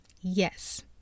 Yes